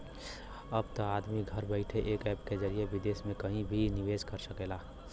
अब त आदमी घर बइठे एक ऐप के जरिए विदेस मे कहिं भी निवेस कर सकेला